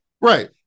right